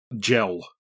gel